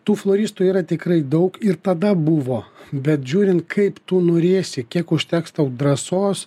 tų floristų yra tikrai daug ir tada buvo bet žiūrint kaip tu norėsi kiek užteks tau drąsos